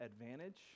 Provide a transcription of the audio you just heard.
advantage